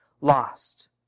lost